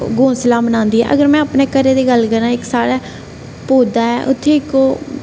घोंसला बनांदी ऐ ते अगर में अपने घरै दी गल्ल करां इक साढ़ै पौधा ऐ उत्थें इक